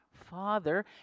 Father